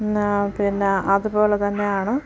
പിന്നെ അതുപോലെ തന്നെയാണ്